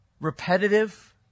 Repetitive